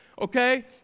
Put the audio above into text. okay